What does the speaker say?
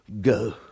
go